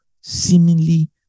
seemingly